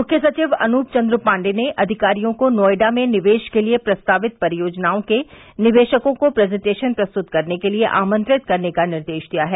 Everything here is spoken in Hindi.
मुख्य सचिव अनूप चन्द्र पाण्डेय ने अधिकारियों को नोएडा में निवेश के लिये प्रस्तावित परियोजनाओं के निवेशकों को प्रेजेन्टेशन प्रस्तुत करने के लिये आमंत्रित करने का निर्देश दिया है